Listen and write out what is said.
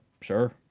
sure